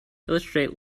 illustrate